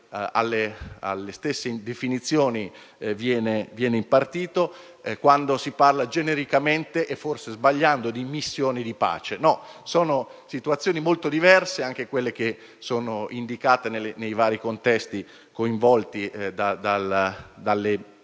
alle stesse definizioni viene dato quando si parla genericamente, e forse sbagliando, di missioni di pace. No: sono situazioni molto diverse, anche quelle presenti nei vari contesti in cui sono